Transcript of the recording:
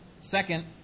Second